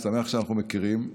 אני שמח שאנחנו מכירים.